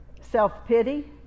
self-pity